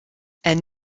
and